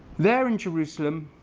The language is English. there, in jerusalem,